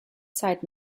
zeit